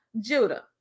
Judah